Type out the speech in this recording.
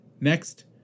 Next